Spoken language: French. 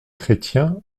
chrétien